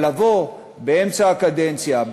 אבל לבוא באמצע הקדנציה,